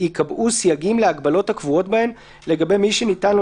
ייקבעו סייגים להגבלות הקבועות בהן לגבי מי שניתן לו